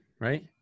right